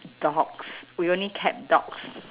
dogs we only kept dogs